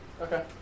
Okay